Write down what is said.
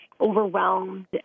overwhelmed